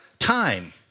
Time